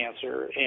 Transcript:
cancer